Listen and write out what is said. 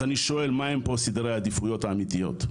אז אני שואל מהם פה סדרי העדיפויות האמיתיים.